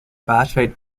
phosphate